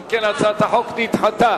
אם כן, הצעת החוק נדחתה.